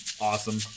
awesome